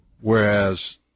whereas